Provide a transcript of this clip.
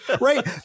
right